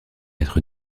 être